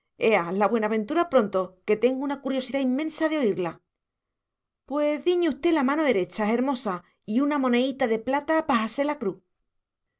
la buenaventura pronto que tengo una curiosidad inmensa de oírla pué diñe osté la mano erecha jermosa y una moneíta de plata pa